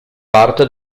parte